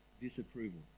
disapproval